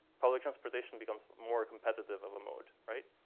public transportation becomes more competitive of a mode.